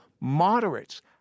moderates